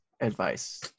advice